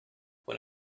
when